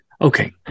Okay